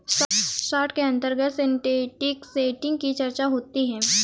short के अंतर्गत synthetic setting की चर्चा होती है